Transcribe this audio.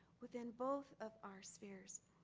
within both of our spheres.